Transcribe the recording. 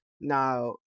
Now